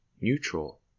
neutral